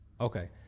Okay